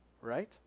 right